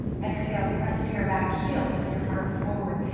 exhale, press into your back heel. send your heart forward.